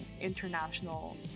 international